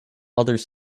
others